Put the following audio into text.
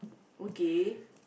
okay